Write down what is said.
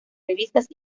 revistas